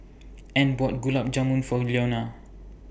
Ann bought Gulab Jamun For Leonia